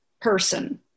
person